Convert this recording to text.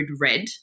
red